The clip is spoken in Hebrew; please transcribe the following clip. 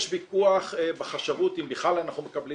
יש ויכוח בחשבות אם בכלל אנחנו מקבלים